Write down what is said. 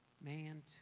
man